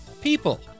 people